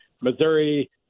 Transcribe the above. Missouri